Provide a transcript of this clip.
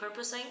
repurposing